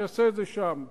שיעשה את זה שם.